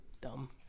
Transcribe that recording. Dumb